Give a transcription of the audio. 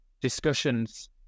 discussions